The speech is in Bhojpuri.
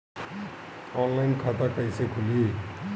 ऑनलाइन खाता कईसे खुलि?